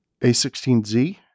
A16Z